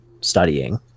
studying